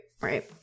right